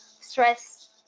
stress